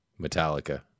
Metallica